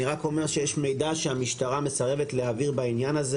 אני רק אומר שיש מידע שהמשטרה מסרבת להעביר בעניין הזה,